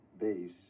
base